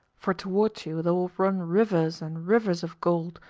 for towards you there will run rivers and rivers of gold,